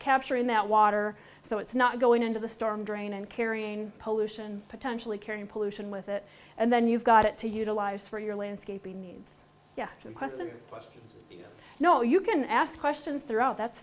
capturing that water so it's not going into the storm drain and carrying pollution potentially carrying pollution with it and then you've got it to utilize for your landscaping needs to question you know you can ask questions throughout that's